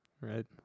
Right